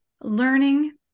learning